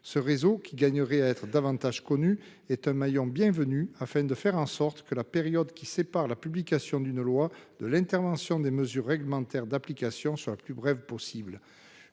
ce réseau qui gagnerait à être davantage connu est un maillon bienvenue afin de faire en sorte que la période qui sépare la publication d'une loi de l'intervention des mesures réglementaires d'application sera plus brève possible